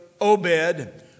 Obed